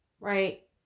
right